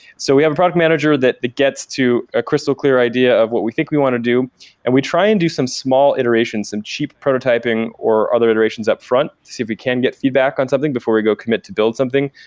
so we have a product manager that gets to a crystal clear idea of what we think we want to do and we try and do some small iterations and cheap prototyping or other iterations upfront so see if we can get feedback on something before you go commit to build something.